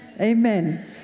Amen